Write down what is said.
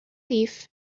thief